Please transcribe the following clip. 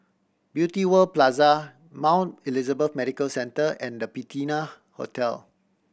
Beauty World Plaza Mount Elizabeth Medical Centre and The Patina Hotel